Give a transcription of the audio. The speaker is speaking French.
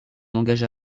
engagea